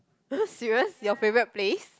serious your favourite place